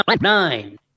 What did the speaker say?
nine